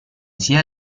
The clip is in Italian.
sia